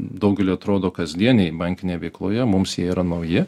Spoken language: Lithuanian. daugeliui atrodo kasdieniai bankinėj veikloje mums jie yra nauji